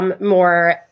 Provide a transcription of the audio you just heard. More